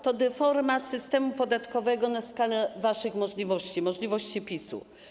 To deforma systemu podatkowego na skalę waszych możliwości, możliwości PiS.